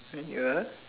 when you were